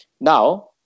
Now